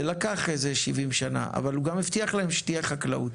זה לקח 70 שנים אבל הוא גם הבטיח לה שתהיה חקלאות,